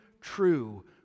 true